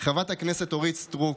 חברת הכנסת אורית סטרוק,